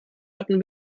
hatten